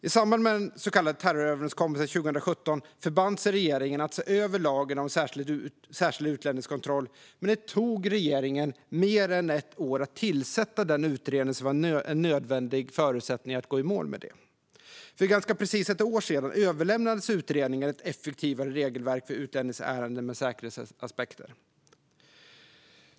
I samband med den så kallade terroröverenskommelsen 2017 förband sig regeringen att se över lagen om särskild utlänningskontroll, men det tog regeringen mer än ett år att tillsätta den utredning som var en nödvändig förutsättning för att gå i mål med det. För ganska precis ett år sedan överlämnades utredningen Ett effektivare regelverk för utlänningsärenden med säkerhetsaspekter .